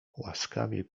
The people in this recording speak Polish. łaskawie